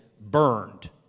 burned